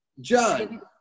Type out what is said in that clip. John